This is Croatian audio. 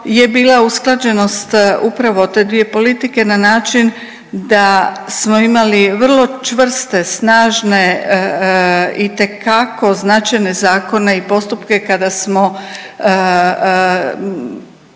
euro je bila usklađenost upravo te dvije politike na način da smo imali vrlo čvrste, snažne itekako značajne zakone i postupke kada smo